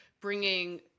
bringing